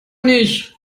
nicht